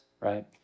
right